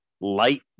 light